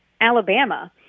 Alabama